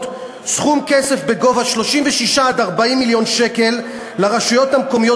סכום כסף של 36 40 מיליון שקל לרשויות המקומיות